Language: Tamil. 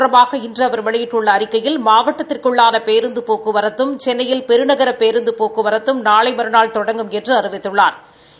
தொடர்பாக இன்று அவர் வெளியிட்டுள்ள அறிக்கையில் மாவட்டத்திற்குள்ளான இக பேருந்து போக்குவரத்தும் சென்னையில் பெருநகர பேருந்து போக்குவரத்தும் நாளை மறநாள் தொடங்கும் என்ற அறிவித்தள்ளா்